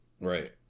Right